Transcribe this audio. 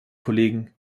kollegen